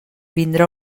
vindre